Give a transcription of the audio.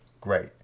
great